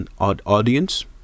audience